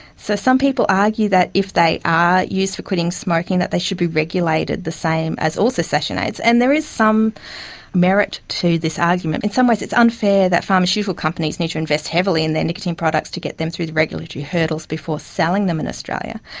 so some people argue that if they are used for quitting smoking that they should be regulated the same as all cessation aids. and there is some merit to this argument. in some ways it's unfair that pharmaceutical companies need to invest heavily in their nicotine products to get them through the regulatory hurdles before selling them in australia.